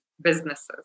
businesses